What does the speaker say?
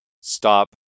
stop